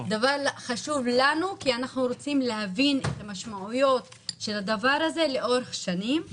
חשוב לנו כי אנחנו רוצים להבין את המשמעויות של הדבר הזה לאורך שנים.